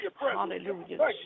Hallelujah